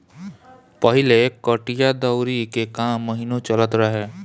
पहिले कटिया दवरी के काम महिनो चलत रहे